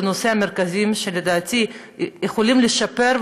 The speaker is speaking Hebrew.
הם הנושאים המרכזיים שלדעתי יכולים לשפר,